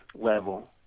level